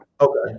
Okay